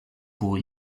pour